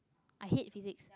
i hate physics